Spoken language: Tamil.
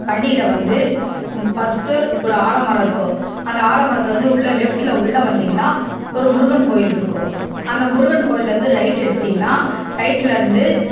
வண்டியில் வந்து ம் ஃபர்ஸ்ட்டு ஒரு ஆலமரம் இருக்கும் அந்த ஆலமரத்துலேந்து உள்ள லெஃப்டில் உள்ள வந்தீங்கன்னா ஒரு முருகன் கோயில்ருக்கும் அந்த முருகன் கோயில்லேந்து ரைட்டு எடுத்தீங்கன்னா ரைட்லேருந்து